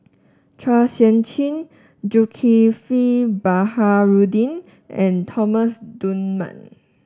Chua Sian Chin Zulkifli Baharudin and Thomas Dunman